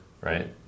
right